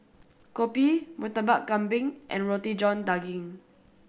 kopi Murtabak Kambing and Roti John Daging